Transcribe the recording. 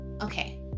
okay